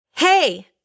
Hey